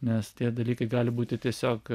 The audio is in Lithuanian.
nes tie dalykai gali būti tiesiog